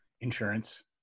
insurance